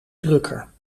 drukker